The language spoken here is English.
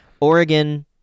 Oregon